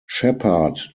shepard